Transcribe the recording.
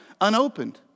unopened